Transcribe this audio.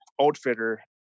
outfitter